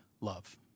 love